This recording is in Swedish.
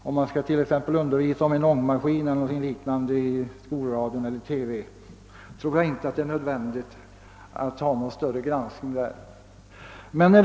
Om man i ett program i radio eller TV skall undervisa t.ex. om hur ångmaskin fungerar, tror jag inte att det är nödvändigt att göra någon större granskning i förväg.